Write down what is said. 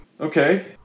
Okay